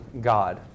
God